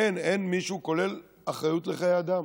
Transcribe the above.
אין, אין מישהו, כולל אחרית לחיי אדם.